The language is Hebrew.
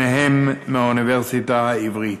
שניהם מהאוניברסיטה העברית.